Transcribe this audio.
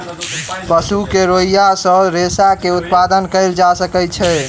पशु के रोईँयाँ सॅ रेशा के उत्पादन कयल जा सकै छै